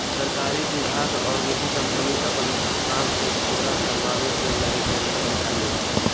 सरकारी विभाग और निजी कम्पनी अपन काम के पूरा करावे लगी टेंडर निकालो हइ